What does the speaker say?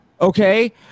okay